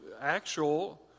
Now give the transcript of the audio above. actual